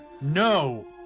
No